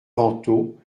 vantaux